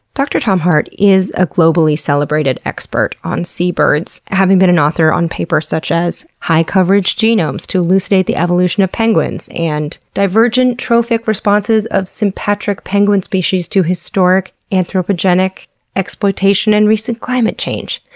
dr. tom hart is a globally celebrated expert on seabirds, having been an author on papers such as, high-coverage genomes to elucidate the evolution of penguins and, divergent trophic responses of sympatric penguin species to historic anthropogenic exploitation and recent climate change.